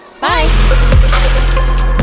Bye